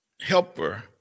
helper